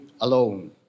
alone